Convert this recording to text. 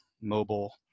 mobile